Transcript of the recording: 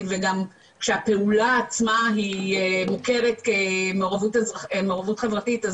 וגם שהפעולה עצמה היא מוכרת כמעורבות חברתית,